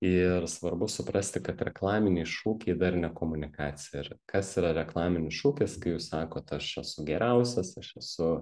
ir svarbu suprasti kad reklaminiai šūkiai dar ne komunikacija ir kas yra reklaminis šūkis kai jūs sakot aš esu geriausias aš esu